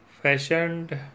Fashioned